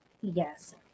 Yes